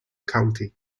county